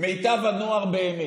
מיטב הנוער, באמת,